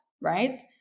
right